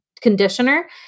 conditioner